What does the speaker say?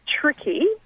tricky